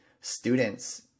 students